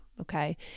Okay